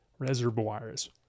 reservoirs